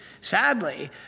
Sadly